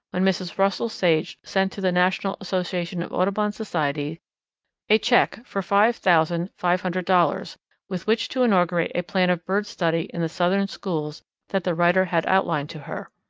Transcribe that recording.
when mrs. russell sage sent to the national association of audubon societies a cheque for five thousand five hundred dollars with which to inaugurate a plan of bird study in the southern schools that the writer had outlined to her.